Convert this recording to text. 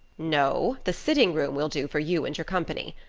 no. the sitting room will do for you and your company.